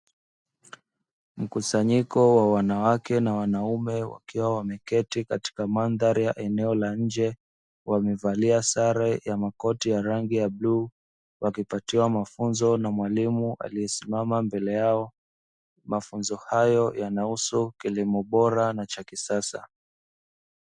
Mkusanyiko wa wanawake na wanaume wakiwa wameketi katika madhari ya eneo la nje wamevalia sare ya makoti ya rangi ya bluu wakipatiwa mafunzo na mwalimu aliyesimama mbele yao mafunzo hayo yanahusu kilimo bora na cha kisasa